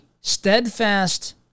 steadfast